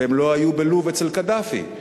והם לא היו בלוב אצל קדאפי,